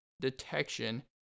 Detection